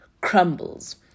crumbles